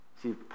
See